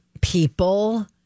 People